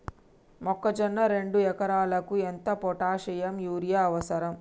మొక్కజొన్న రెండు ఎకరాలకు ఎంత పొటాషియం యూరియా అవసరం?